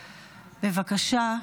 בבקשה,